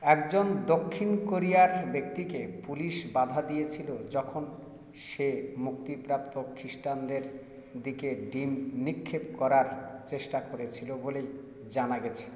একজন দক্ষিণ কোরিয়ার ব্যক্তিকে পুলিশ বাধা দিয়েছিলো যখন সে মুক্তিপ্রাপ্ত খ্রিস্টানদের দিকে ডিম নিক্ষেপ করার চেষ্টা করেছিলো বলেই জানা গেছে